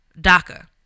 DACA